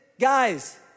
Guys